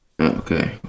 Okay